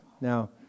Now